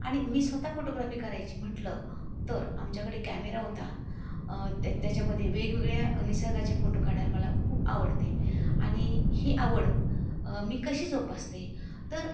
आणि मी स्वता फोटोग्राफी करायची म्हटलं तर आमच्याकडे कॅमेरा होता त्या त्याच्यामध्ये वेगवेगळ्या निसर्गाचे फोटो काढायला मला खूप आवडते आणि ही आवड मी कशी जोपासते तर